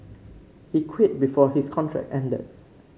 he quit before his contract ended